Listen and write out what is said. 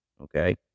okay